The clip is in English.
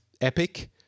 Epic